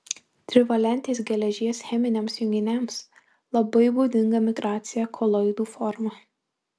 trivalentės geležies cheminiams junginiams labai būdinga migracija koloidų forma